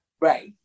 right